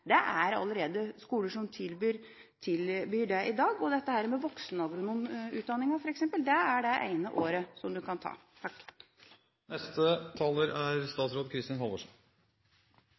er det allerede skoler som tilbyr det i dag. Og til dette med voksenagronomutdanning: Det er det ene året som man kan ta.